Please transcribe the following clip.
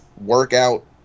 workout